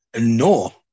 No